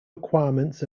requirements